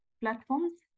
platforms